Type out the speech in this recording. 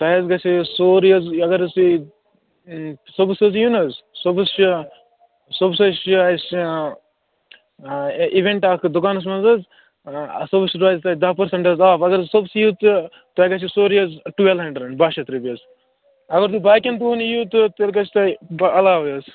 تۄہہِ حظ گٔژھوٕ یہِ سورُے حظ اَگر حظ تُہۍ یہِ صُبَحس حظ یِیِو نہٕ حظ صُبَحس چھِ صُبحس حظ چھِ یہِ اَسہِ اِیوٮ۪نٛٹ اَکھ دُکانَس منٛز حظ اَسہِ نِش روزِ تۄہہِ دَہ پٔرسَنٛٹ حظ آف اَگر تُہۍ صُبحس یِیِو تہٕ تۄہہِ گژھوٕ سورُے حظ ٹُوٮ۪ل ہٮ۪نٛڈرنٛڈ باہ شَتھ رۄپیہِ حظ اَگر تُہۍ باقیَن دۄہَن یِیِو تہٕ تیٚلہِ گژھِ تۄہہِ دَہ علاوَے حظ